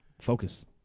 focus